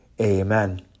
amen